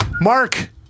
Mark